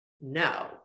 No